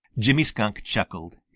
jimmy skunk chuckled.